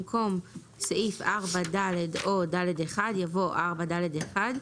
במקום "סעיף 4(ד) או (ד1)" יבוא "4(ד1)"